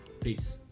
Peace